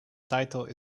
title